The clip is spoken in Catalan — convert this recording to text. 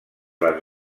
les